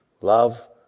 Love